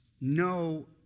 no